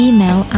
Email